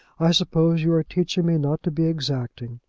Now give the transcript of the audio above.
i suppose you are teaching me not to be exacting.